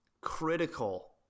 critical